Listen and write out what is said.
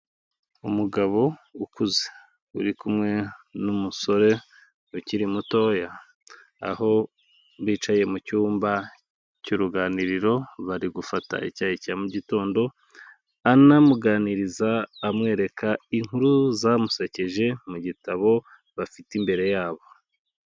Umugabo ukuze, uri kumwe n'umusore ukiri mutoya, aho bicaye mu cyumba cy'uruganiriro, bari gufata icyayi cya mu gitondo, anamuganiriza amwereka inkuru zamusekeje, mu gitabo bafite imbere yabo.